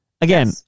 Again